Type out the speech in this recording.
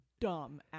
dumb